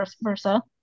versa